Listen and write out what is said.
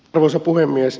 arvoisa puhemies